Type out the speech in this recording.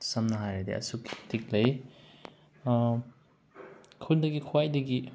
ꯁꯝꯅ ꯍꯥꯏꯔꯗꯤ ꯑꯁꯨꯛꯀꯤ ꯃꯇꯤꯛ ꯂꯩ ꯈꯨꯜꯗꯒꯤ ꯈ꯭ꯋꯥꯏꯗꯒꯤ